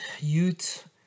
youth